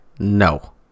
No